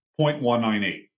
0.198